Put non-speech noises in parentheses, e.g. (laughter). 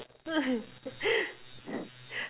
(noise)